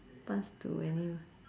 pass to any~